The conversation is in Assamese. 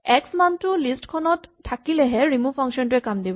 এক্স মানটো লিষ্ট খনত থাকিলেহে ৰিমোভ ফাংচন টোৱে কাম দিব